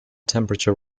temperature